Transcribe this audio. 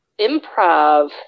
improv